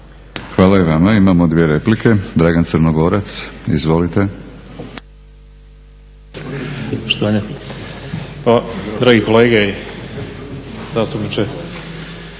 Hvala i vama. Imamo dvije replike. Dragan Crnogorac, izvolite.